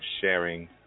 sharing